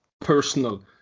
personal